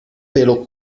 pelo